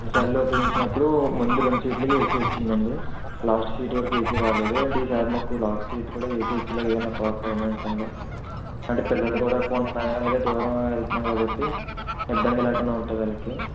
ముందు సార్లు ఉపయోగించినప్పుడు ముందు రెండు సీట్లకే ఏసీ వచ్చింది అండి లాస్ట్ సీట్ వరకు ఏసీ రాలేదు అండ్ ఈ సారి మాకు లాస్ట్ సీట్ కూడా ఏసీ వచ్చేలాగా ఏదైనా కార్ పురమాయిచండి అంటే పిల్లలు కూడా ఎక్కువ ఉంటున్నారు అలాగే దూరం వెళ్తున్నాం కాబ్బట్టి ఇబ్బంది లేకుండా ఉంటుంది వాళ్ళకి